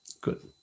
good